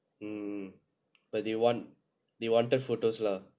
um but the want they wanted photos lah